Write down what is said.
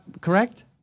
correct